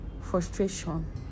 frustration